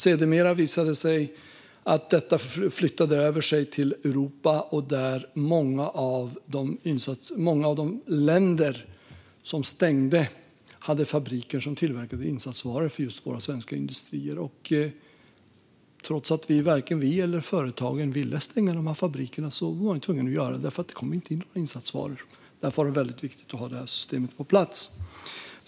Sedermera visade det sig att detta flyttades över till Europa, där många av de länder som stängde hade fabriker som tillverkade insatsvaror för just våra svenska industrier. Trots att varken vi eller företagen ville stänga fabrikerna var vi tvungna att göra det, eftersom det inte kom in några insatsvaror. Därför var det väldigt viktigt att ha det här systemet på plats.